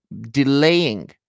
delaying